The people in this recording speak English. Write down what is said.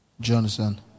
Johnson